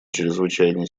чрезвычайной